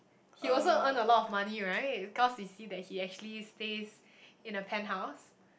he also earn a lot of money right cause we see that he actually stays in a penthouse